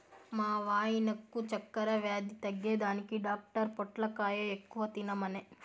మా వాయినకు చక్కెర వ్యాధి తగ్గేదానికి డాక్టర్ పొట్లకాయ ఎక్కువ తినమనె